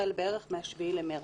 בערך החל מה-7 במרס.